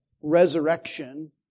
resurrection